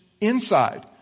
inside